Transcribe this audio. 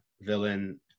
villain